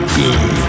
good